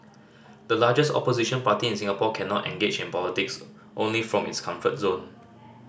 the largest opposition party in Singapore cannot engage in politics only from its comfort zone